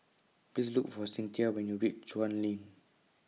Please Look For Cynthia when YOU REACH Chuan LINK